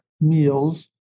meals